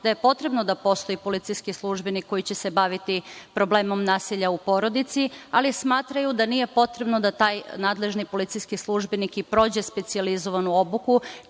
da je potrebno da postoji policijski službenik koji će se baviti problemom nasilja u porodici, ali smatraju da nije potrebno da taj nadležni policijski službenik i prođe tu specijalizovanu obuku,